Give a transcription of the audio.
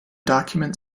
document